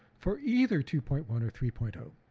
for either two point one or three point ah